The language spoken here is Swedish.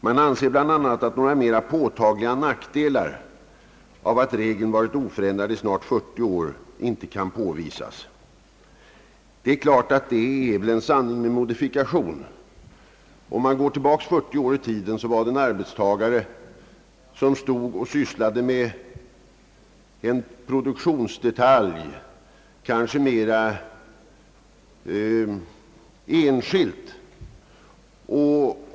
Man anser bl.a. att några mer påtagliga nackdelar av att regeln varit oförändrad i snart 40 år inte kan påvisas. Detta är väl en sanning med modifikation. För 40 år sedan utgjorde en arbetstagare, som stod och sysslade med en produktionsdetalj, en mer enskild enhet.